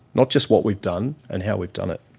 not just what we've done and how we've done it.